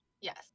Yes